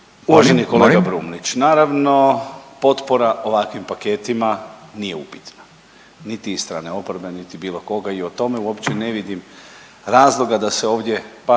molim?/… kolega Brumnić naravno potpora ovakvim paketima nije upitna, niti iz strane oporbe niti bilo koga i o tome uopće ne vidim razloga da se ovdje